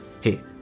Hey